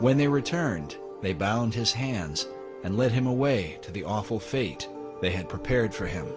when they returned they bound his hands and led him away to the awful fate they had prepared for him